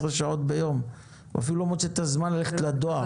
שעות ביום ואפילו לא מוצא את הזמן ללכת לדואר.